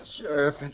Sheriff